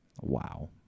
Wow